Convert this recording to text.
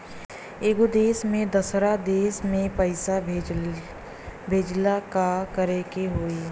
एगो देश से दशहरा देश मे पैसा भेजे ला का करेके होई?